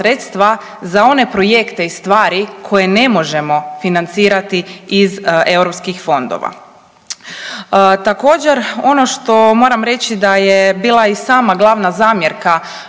za one projekte i stvari koje ne možemo financirati iz eu fondova. Također ono što moram reći da je bila i sama glavna zamjerka